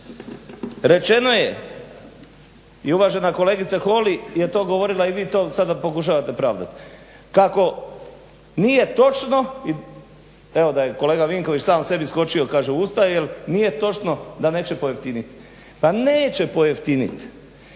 Rečeno je i uvažena kolegica Holy je to govorila i vi to sad pokušavate pravdati kako nije točno i evo da je kolega Vinković sam sebi skočio kaže u usta jer nije točno da neće pojeftiniti. Pa neće pojeftiniti!